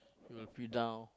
you will feel down